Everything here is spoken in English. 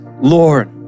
lord